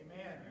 Amen